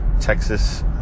Texas